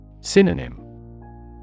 Synonym